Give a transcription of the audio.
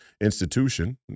institution